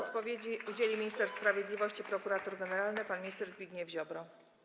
Odpowiedzi udzieli minister sprawiedliwości - prokurator generalny pan minister Zbigniew Ziobro.